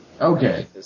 Okay